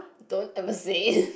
don't ever say it